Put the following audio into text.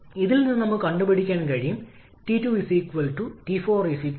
അതിനാൽ നമ്മുടെ ആദ്യത്തെ ഒബ്ജക്റ്റ് ബാക്ക് വർക്ക് റേഷ്യോ നേടുന്നതുപോലെ നമുക്ക് ആവശ്യമുള്ളത് കണക്കാക്കാം